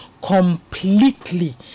completely